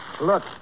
Look